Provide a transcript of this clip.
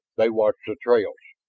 they watch the trails.